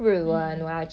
mm